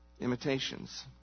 imitations